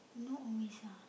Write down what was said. not always ah